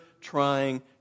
trying